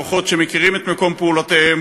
כוחות שמכירים את מקום פעולותיהם,